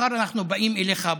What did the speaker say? מחר אנחנו באים אליך הביתה.